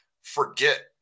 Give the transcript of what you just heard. forget